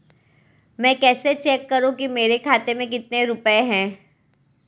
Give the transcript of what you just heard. मैं कैसे चेक करूं कि मेरे खाते में कितने रुपए हैं?